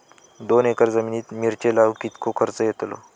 दोन एकर जमिनीत मिरचे लाऊक कितको खर्च यातलो?